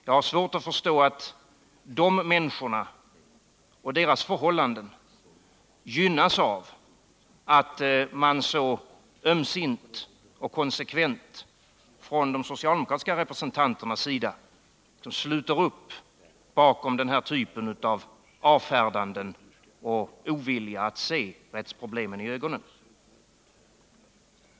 Jag har svårt att förstå, från min politiska utgångspunkt, att de människorna och deras förhållanden gynnas av att de socialdemokratiska representanterna så ömsint och konsekvent sluter upp bakom avfärdandena och oviljan att se rättsproblemen i ögonen.